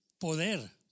poder